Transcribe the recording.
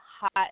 hot